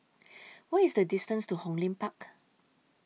What IS The distance to Hong Lim Park